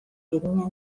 eginen